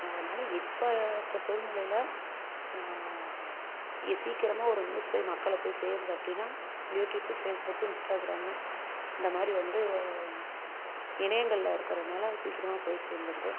அதனால் இப்போ இந்த சூழ்நிலையில இது சீக்கரமாக ஒரு நியூஸ் போய் மக்களை போய் சேருது அப்படினா யூடியூப் ஃபேஸ்புக்கு இன்ஸ்ட்டாகிராமு இந்த மாதிரி வந்து இணையங்களில் இருக்கறதுனால சீக்கரமாக போய் சேந்துடுது